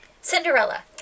Cinderella